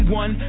one